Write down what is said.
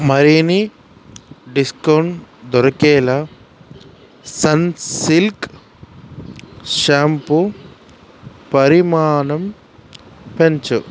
మరీని discount దొరికేలా Sunsilk shampoo పరిమాణం పెంచుము